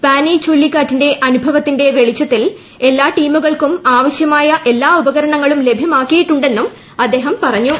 പാനി ചൂഴലിക്കാറ്റിന്റെ അനുഭവത്തിന്റെ വെളിച്ചത്തിൽ എല്ലാ ടീമുകൾക്കും ആവശ്യമായ എല്ലാ ഉപകരണങ്ങളും ലഭ്യമാക്കിയിട്ടുണ്ടെന്നും അദ്ദേഹം പറഞ്ഞു